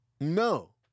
No